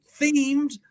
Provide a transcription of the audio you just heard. themed